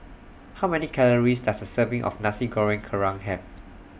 How Many Calories Does A Serving of Nasi Goreng Kerang Have